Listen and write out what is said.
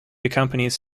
accompanies